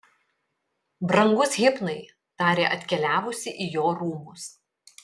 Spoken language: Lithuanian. brangus hipnai tarė atkeliavusi į jo rūmus